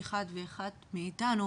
כל אחת ואחד מאיתנו